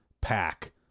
pack